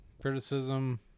criticism